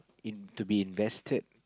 in to be invested